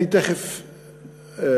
אני תכף אספר,